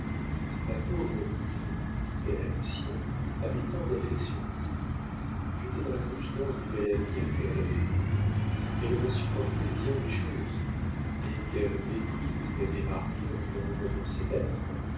ma pauvre louise dit-elle à lucien avait tant d'affection pour vous j'étais dans la confidence du bel avenir qu'elle rêvait pour vous elle aurait supporté bien des choses mais quel mépris vous lui avez marqué en lui renvoyant ses lettres